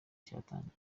cyatangiye